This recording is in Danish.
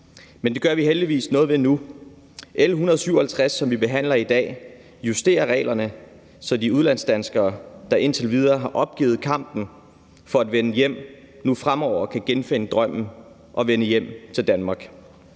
Det gør vi heldigvis noget ved nu. I L 157, som vi behandler i dag, justerer vi reglerne, så de udlandsdanskere, der indtil videre har opgivet kampen om at vende hjem, nu fremover kan genfinde drømmen og vende hjem til Danmark.